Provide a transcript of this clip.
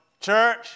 church